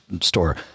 store